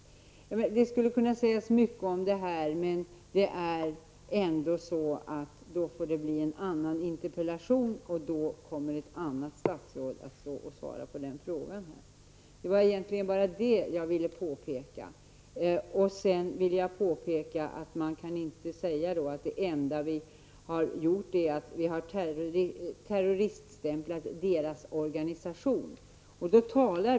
Det skulle kunna sägas mycket om detta, men då får det bli en annan interpellation, och då är det ett annat statsråd som kommer att besvara den. Det var egentligen bara det jag ville påpeka. Sedan vill jag framhålla att man inte kan säga att det enda vi har gjort för kurderna är att terroriststämpla deras organisation.